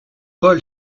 paul